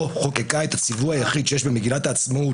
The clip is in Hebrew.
חוקקה את הציווי היחיד שיש במגילת העצמאות,